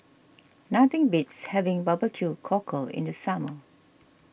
nothing beats having Barbeque Cockle in the summer